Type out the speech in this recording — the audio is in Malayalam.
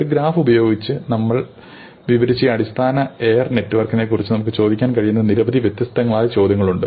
ഒരു ഗ്രാഫ് ഉപയോഗിച്ച് നമ്മൾ വിവരിച്ച ഈ അടിസ്ഥാന എയർ നെറ്റ്വർക്കിനെക്കുറിച്ച് നമുക്ക് ചോദിക്കാൻ കഴിയുന്ന നിരവധി വ്യത്യസ്തങ്ങളായ ചോദ്യങ്ങളുണ്ട്